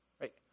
right